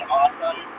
awesome